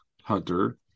Hunter